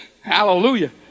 Hallelujah